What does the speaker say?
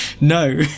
No